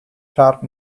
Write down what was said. sharp